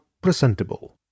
presentable